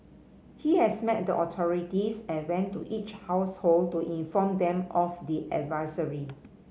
he has met the authorities and went to each household to inform them of the advisory